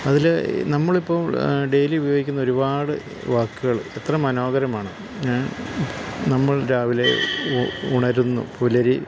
അതിൽ നമ്മൾ ഇപ്പോൾ ഡെയിലി ഉപയോഗിക്കുന്ന ഒരുപാട് വാക്കുകൾ എത്ര മനോഹരമാണ് ഞാൻ നമ്മൾ രാവിലെ ഉണരുന്നു പുലരി